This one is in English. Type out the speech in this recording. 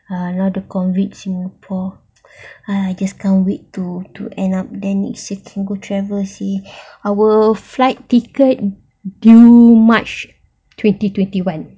ah another COVID singapore !hais! just can't wait to end then next year can go travel seh our flight ticket due march twenty twenty one